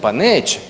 Pa neće.